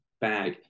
bag